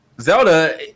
Zelda